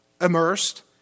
immersed